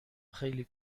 خیلی